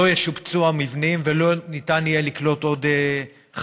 לא ישופצו המבנים ולא ניתן יהיה לקלוט עוד חניכים,